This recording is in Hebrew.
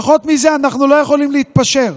על פחות מזה אנחנו לא יכולים להתפשר.